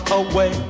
away